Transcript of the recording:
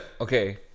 okay